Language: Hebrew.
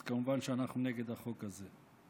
אז כמובן שאנחנו נגד החוק הזה.